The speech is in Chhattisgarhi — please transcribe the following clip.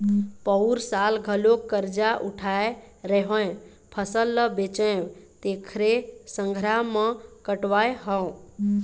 पउर साल घलोक करजा उठाय रेहेंव, फसल ल बेचेंव तेखरे संघरा म कटवाय हँव